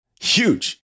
Huge